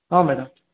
ಹಾಂ ಮೇಡಮ್